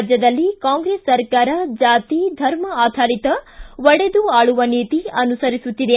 ರಾಜ್ಕದಲ್ಲಿ Congress ಸರಕಾರ ಜಾತಿ ಧರ್ಮ ಆಧಾರಿತ ಒಡೆದು ಆಳುವ ನೀತಿ ಅನುಸರಿಸುತ್ತಿದೆ